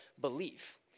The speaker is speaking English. belief